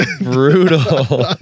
Brutal